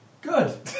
Good